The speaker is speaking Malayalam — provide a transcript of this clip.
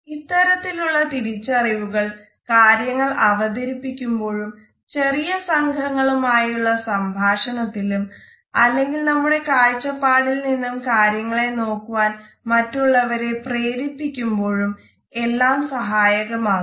ഇത്തരത്തിലുള്ള തിരിച്ചറിവുകൾ കാര്യങ്ങൾ അവതരിപ്പിക്കുമ്പോഴും ചെറിയ സംഘങ്ങളുമായുള്ള സംഭാഷണത്തിലും അല്ലെങ്കിൽ നമ്മുടെ കാഴ്ചപ്പാടിൽ നിന്നും കാര്യങ്ങളെ നോക്കുവാൻ മറ്റുള്ളവരെ പ്രേരിപ്പിക്കുമ്പോഴും എല്ലാം സഹായകമാകുന്നു